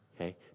Okay